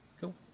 Cool